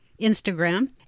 Instagram